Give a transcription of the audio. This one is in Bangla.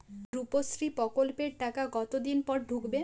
রুপশ্রী প্রকল্পের টাকা কতদিন পর ঢুকবে?